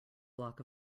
block